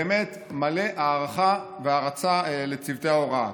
באמת מלא הערכה והערצה לצוותי ההוראה.